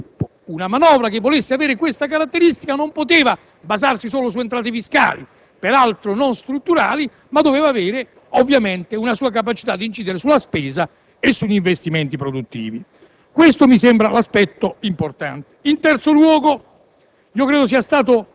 equità e sviluppo; una manovra che volesse avere questa caratteristica non poteva basarsi solo su entrate fiscali, per altro non strutturali, ma doveva avere, una sua capacità di incidere sulla spesa e sugli investimenti produttivi: questo mi sembra l'aspetto importante. In terzo luogo,